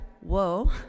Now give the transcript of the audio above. whoa